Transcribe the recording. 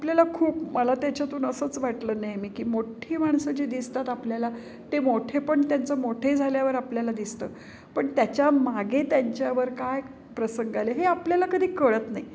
आपल्याला खूप मला त्याच्यातून असंच वाटलं नेहमी की मोठ्ठी माणसं जे दिसतात आपल्याला ते मोठेपण त्यांचं मोठे झाल्यावर आपल्याला दिसतं पण त्याच्यामागे त्यांच्यावर काय प्रसंग आले हे आपल्याला कधी कळत नाही